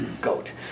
goat